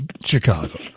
Chicago